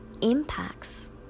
impacts